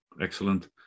excellent